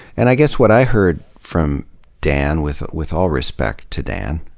and i guess what i heard from dan, with with all respect to dan,